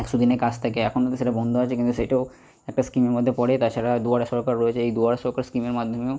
একশো দিনের কাজ থাকে এখন সেটা বন্ধ আছে কিন্তু সেটাও একটা স্কিমের মধ্যে পড়ে তাছাড়া দুয়ারে সরকার রয়েছে এই দুয়ারে সরকার স্কিমের মাধ্যমেও